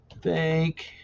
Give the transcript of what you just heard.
Thank